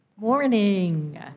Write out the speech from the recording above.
Morning